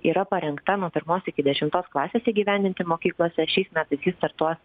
yra parengta nuo pirmos iki dešimtos klasės įgyvendinti mokyklose šiais metais ji startuos